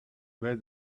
where